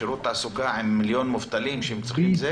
שירות התעסוקה עם מיליון מובטלים שהם צריכים זה,